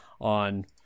on